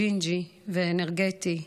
ג'ינג'י ואנרגטי,